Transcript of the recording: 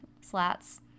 slats